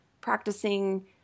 practicing